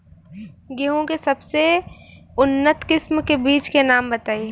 गेहूं के सबसे उन्नत किस्म के बिज के नाम बताई?